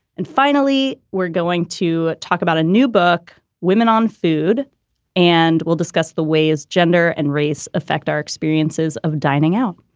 and finally, we're going to talk about a new book, women on food and we'll discuss the ways gender and race affect our experiences of dining out.